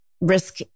risk